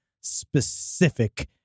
specific